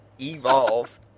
Evolve